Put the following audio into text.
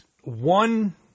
one